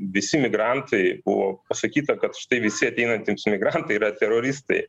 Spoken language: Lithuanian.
visi migrantai buvo pasakyta kad štai visi ateinantys migrantai yra teroristai